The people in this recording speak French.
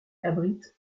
abrite